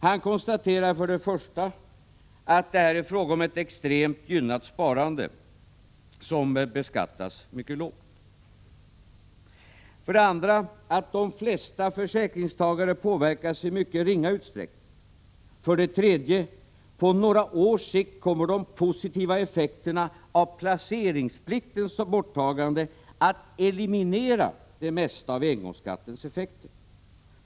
Han konstaterar för det första att det här är fråga om ett extremt gynnat sparande som beskattas mycket lågt. Han konstaterar för det andra att de flesta försäkringstagare påverkas i mycket ringa utsträckning. För det tredje kommer på några års sikt de positiva effekterna av placeringspliktens borttagande att eliminera det mesta av engångsskattens effekter.